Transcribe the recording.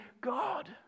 God